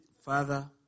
Father